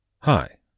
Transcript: Hi